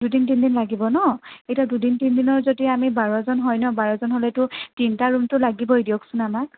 দুদিন তিনিদিন লাগিব ন' এতিয়া দুদিন তিনিদিনৰ যদি আমি বাৰজন হয় ন' বাৰজন হ'লেতো তিনিটা ৰুমতো লাগিবই দিয়কচোন আমাক